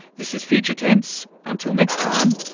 this is future tense, until next time,